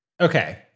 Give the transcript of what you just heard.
Okay